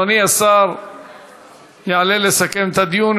אדוני השר יעלה לסכם את הדיון.